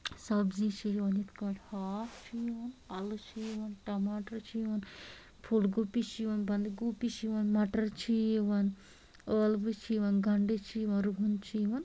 سَبزی چھِ یِوان یِتھۍ کٲٹھۍ ہاکھ چھُ یِوان اَلہٕ چھِ یِوان ٹَماٹر چھِ یِوان پھوٗل گوٗپی چھُ یِوان بنٛدٕگوٗپی چھُ یِوان مَٹر چھِ یِوان ٲلوٕ چھِ یِوان گَنٛڈٕ چھِ یِوان رُہُن چھُ یِوان